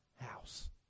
house